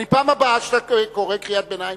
בפעם הבאה שאתה קורא קריאת ביניים,